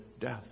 death